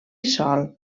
sol